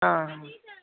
हां